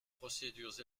procédures